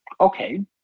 okay